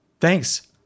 Thanks